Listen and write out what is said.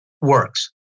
works